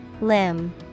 Limb